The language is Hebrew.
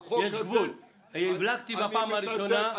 הבלגתי בפעם הראשונה.